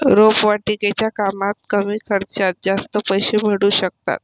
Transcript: रोपवाटिकेच्या कामात कमी खर्चात जास्त पैसे मिळू शकतात